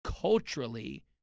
culturally